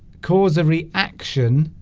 cause a reaction